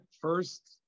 first